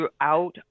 throughout